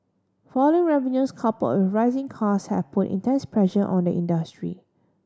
falling revenues coupled arising cost have put intense pressure on the industry